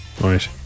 right